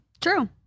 True